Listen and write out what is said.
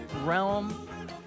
realm